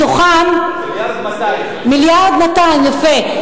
מיליארד 200. מיליארד 200. יפה.